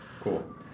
Cool